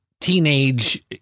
teenage